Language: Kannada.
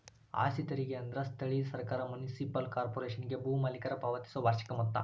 ಆಸ್ತಿ ತೆರಿಗೆ ಅಂದ್ರ ಸ್ಥಳೇಯ ಸರ್ಕಾರ ಮುನ್ಸಿಪಲ್ ಕಾರ್ಪೊರೇಶನ್ಗೆ ಭೂ ಮಾಲೇಕರ ಪಾವತಿಸೊ ವಾರ್ಷಿಕ ಮೊತ್ತ